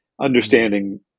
understanding